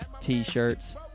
T-shirts